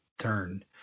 turn